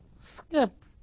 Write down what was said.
skip